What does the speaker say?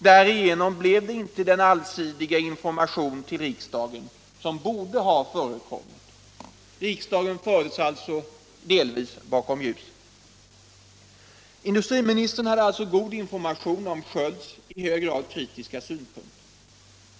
Därigenom blev det inte den allsidiga information till riksdagen som borde ha förekommit. Riksdagen fördes alltså delvis bakom ljuset. Industriministern hade god information om Skölds i hög grad kritiska synpunkter.